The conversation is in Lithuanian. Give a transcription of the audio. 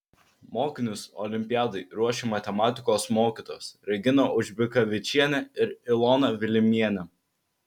mokinius olimpiadai ruošė matematikos mokytojos regina aužbikavičienė ir ilona vilimienė